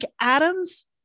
Adams